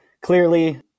clearly